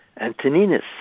Antoninus